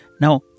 Now